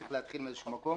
צריך להתחיל מאיזשהו מקום.